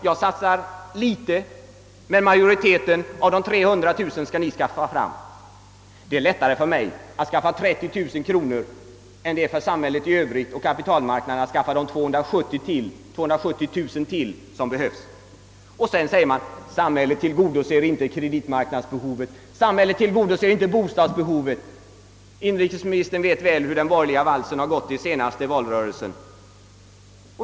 Jag satsar litet men huvuddelen av de 300 000 kronorna skall ni skaffa fram. Men det är lättare för mig att ordna 30000 kronor än det är för kapitalmarknaden att skaffa de nödvändiga ytterligare 270 000 kronorna som behövs för varje familj. Sedan säger man att samhället inte tillgodoser kreditmarknadsbehovet och bostadsbehovet. Inrikesministern vet mycket väl hur den borgerliga valsen gått under den senaste valrörelsen.